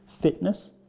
fitness